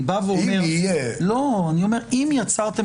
אני אומר שאם יצרתם